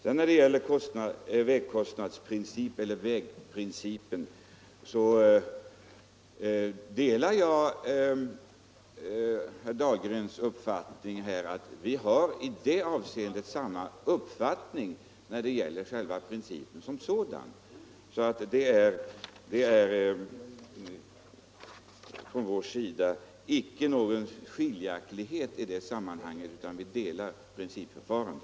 I fråga om vägprincipen delar jag herr Dahlgrens uppfattning. Mellan oss föreligger alltså inga skiljaktiga meningar i detta avseende.